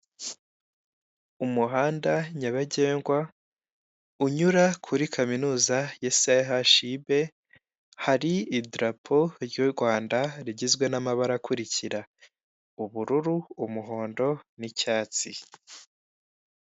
Umuhanda nyabagendwa unyura kuri kaminuza ya sehashi ibe hari idarapo ry' urwanda rigizwe n'amabara akurikira ubururu, umuhondo n'icyatsi.